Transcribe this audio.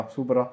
Super